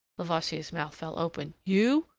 levasseur's mouth fell open. you.